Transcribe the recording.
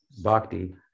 bhakti